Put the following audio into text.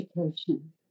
education